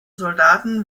soldaten